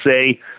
say